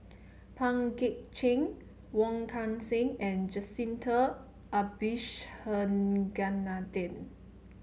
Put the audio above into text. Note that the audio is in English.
Pang Guek Cheng Wong Kan Seng and Jacintha Abisheganaden